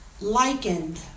likened